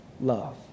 love